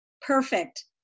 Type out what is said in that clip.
Perfect